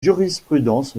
jurisprudence